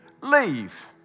leave